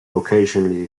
occasionally